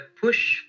push